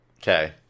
Okay